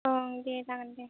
ओं दे जागोन दे